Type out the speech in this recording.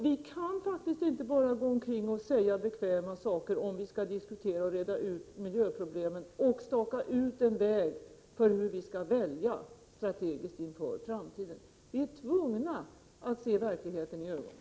Vi kan faktiskt inte bara gå omkring och säga bekväma saker om vi skall reda ut miljöproblemen och staka ut en väg för de strategiska valen inför framtiden. Vi är tvungna att se verkligen i ögonen.